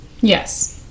Yes